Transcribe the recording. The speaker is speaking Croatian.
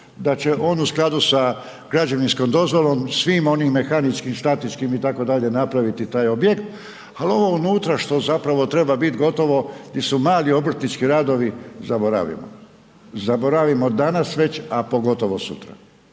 da će on u skladu sa građevinskom dozvolom, svim onim mehaničkim, statističkim itd., napraviti taj objekt, al ovo unutra što zapravo treba bit gotovo, di su mali obrtnički radovi, zaboravimo, zaboravimo danas već, a pogotovo sutra,